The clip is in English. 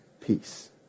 peace